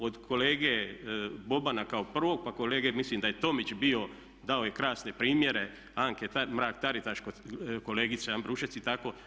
Od kolege Bobana kao prvog, pa kolege mislim da je Tomić bio, dao je krasne primjere, Anke Mrak Taritaš, kod kolegice Ambrušec i tako.